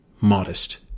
modest